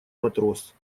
матрос